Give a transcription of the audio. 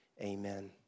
Amen